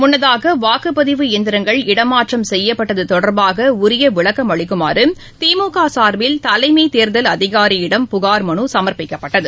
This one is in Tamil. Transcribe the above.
முன்னதாக வாக்குப்பதிவு இயந்திரங்கள் இடமாற்றம் செய்யப்பட்டது தொடர்பாக உரிய விளக்கம் அளிக்குமாறு திமுக சார்பில் தலைமை தேர்தல் அதிகாரியிடம் புகார் மனு சமர்பிக்கப்பட்டது